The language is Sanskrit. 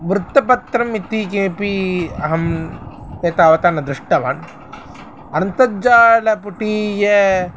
वृत्तपत्रम् इति केपि अहं एतावता न दृष्टवान् अन्तर्जालपुटीया